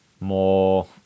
more